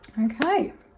okay